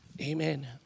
Amen